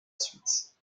suite